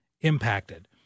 impacted